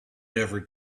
never